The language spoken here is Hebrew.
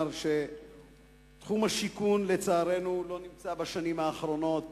שלצערנו תחום השיכון לא נמצא בשנים האחרונות